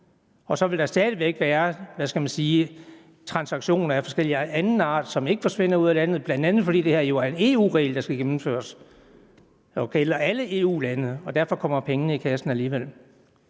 skal man sige? – transaktioner af forskellig anden art, som ikke forsvinder ud af landet, bl.a. fordi det her jo er en EU-regel, der skal gennemføres i alle EU-lande, og derfor kommer pengene i kassen alligevel.